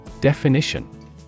Definition